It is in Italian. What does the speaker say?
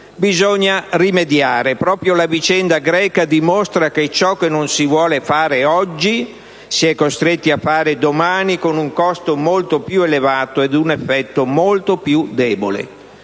Bisogna rimediare. Proprio la vicenda greca dimostra che ciò che non si vuole fare oggi si è costretti a fare domani con un costo molto più elevato ed un effetto molto più debole.